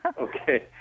Okay